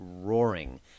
roaring